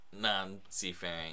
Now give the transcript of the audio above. non-seafaring